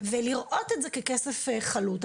ולראות את זה ככסף חלוט.